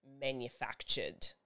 manufactured